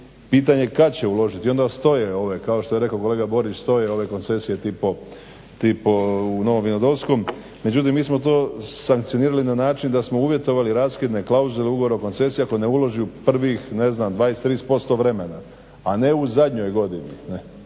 pitanje kad će uložiti i onda stoje ove, kao što je rekao kolega Borić, stoje ove koncesije tipa u Novom Vinodolskom. Međutim mi smo to sankcionirali na način da smo uvjetovali raskidne klauzule ugovorom o koncesijama ako ne uloži u prvih 20, 30 % vremena, a ne u zadnjoj godini.